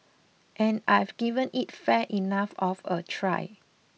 and I've given it fair enough of a try